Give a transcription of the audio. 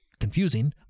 confusing